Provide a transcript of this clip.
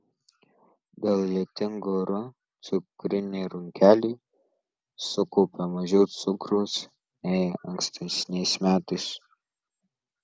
dėl lietingų orų cukriniai runkeliai sukaupė mažiau cukraus nei ankstesniais metais